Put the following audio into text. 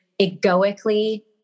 egoically